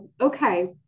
okay